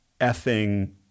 effing